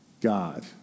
God